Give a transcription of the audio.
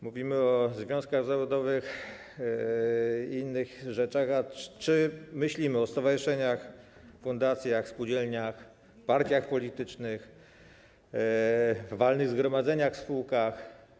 Mówimy o związkach zawodowych i innych rzeczach, a czy myślimy o stowarzyszeniach, fundacjach, spółdzielniach, partiach politycznych, walnych zgromadzeniach w spółkach?